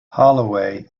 holloway